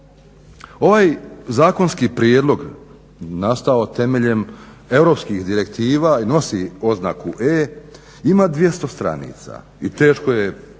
Ovaj zakonski prijedlog nastao temeljem europskih direktiva i nosi oznaku E ima 200 stranica i teško je pročitati